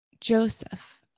Joseph